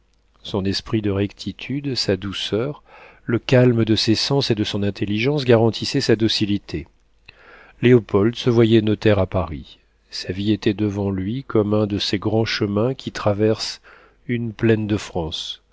son esprit de rectitude sa douceur le calme de ses sens et de son intelligence garantissaient sa docilité léopold se voyait notaire à paris sa vie était devant lui comme un de ces grands chemins qui traversent une plaine de france